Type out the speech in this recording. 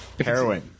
Heroin